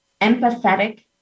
empathetic